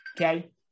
Okay